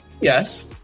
Yes